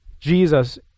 Jesus